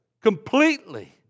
completely